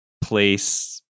place